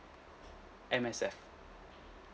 M_S_F